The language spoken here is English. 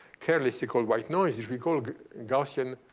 carelessly called white noise, which we call gaussian,